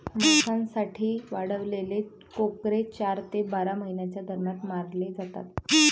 मांसासाठी वाढवलेले कोकरे चार ते बारा महिन्यांच्या दरम्यान मारले जातात